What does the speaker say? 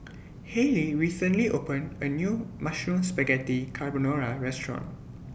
Hayley recently opened A New Mushroom Spaghetti Carbonara Restaurant